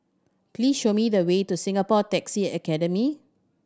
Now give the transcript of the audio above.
please show me the way to Singapore Taxi Academy